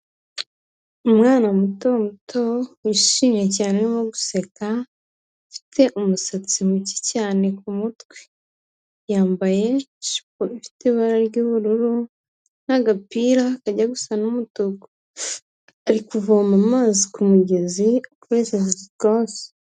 Umwana muto muto wishimye cyane urimo guseka, ufite umusatsi muke cyane ku mutwe, yambaye ijipo ifite ibara ry'ubururu, n'agapira kajya gusa n'umutu, ari kuvoma amazi ku mugezi, akoresheje igikosi.